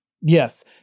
Yes